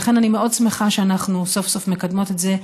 לכן אני מאוד שמחה שאנחנו סוף-סוף מקדמות את זה,